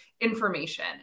information